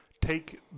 take